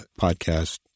podcast